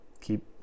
keep